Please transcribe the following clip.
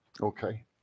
Okay